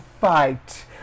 fight